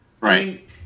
Right